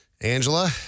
angela